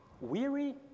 Weary